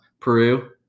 Peru